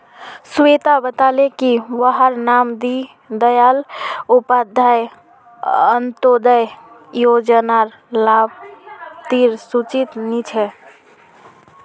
स्वेता बताले की वहार नाम दीं दयाल उपाध्याय अन्तोदय योज्नार लाभार्तिर सूचित नी छे